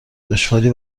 دشواری